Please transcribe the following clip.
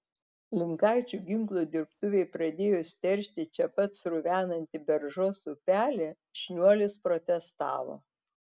linkaičių ginklų dirbtuvei pradėjus teršti čia pat sruvenantį beržos upelį šniuolis protestavo